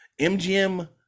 MGM